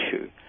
issue